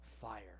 fire